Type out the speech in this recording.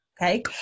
Okay